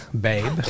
babe